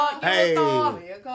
Hey